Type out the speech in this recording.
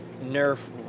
nerf